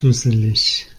dusselig